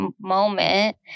moment